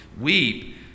weep